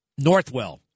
Northwell